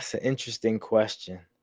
so interesting question.